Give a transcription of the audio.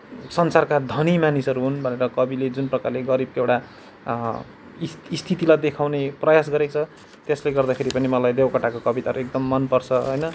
संसारका धनी मानिसहरू हुन् भनेर कविले जुन प्रकारले गरीबको एउटा स्थितिलाई देखाउने प्रयास गरेको छ त्यसले गर्दाखेरि पनि मलाई देवकोटाको कविताहरू एकदम मनपर्छ होइन